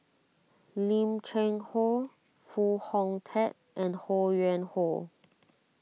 Lim Cheng Hoe Foo Hong Tatt and Ho Yuen Hoe